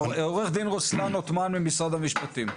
עוה"ד רוסלאן עותמאן ממשרד המשפטים,